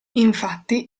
infatti